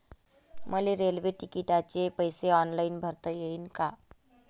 मले रेल्वे तिकिटाचे पैसे ऑनलाईन भरता येईन का?